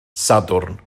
sadwrn